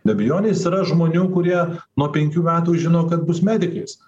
be abejonės yra žmonių kurie nuo penkių metų žino kad bus medikais